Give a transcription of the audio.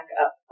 up